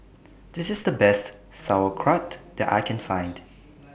This IS The Best Sauerkraut that I Can Find